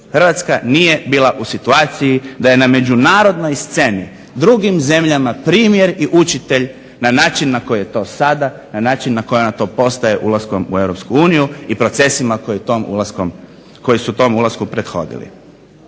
Hrvatska bila u situaciji da je na međunarodnoj sceni drugim zemljama primjer i učitelj na način na koji je to sada, na način na koji to postaje ulaskom u Europsku uniju i procesima koji su tom ulasku prethodili.